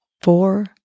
four